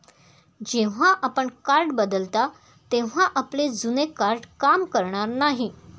जेव्हा आपण कार्ड बदलता तेव्हा आपले जुने कार्ड काम करणार नाही